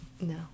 No